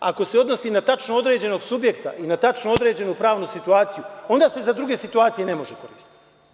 Ako se odnosi na tačno određenog subjekta i na tačno određenu pravnu situaciju, onda se za druge situacije ne može koristiti.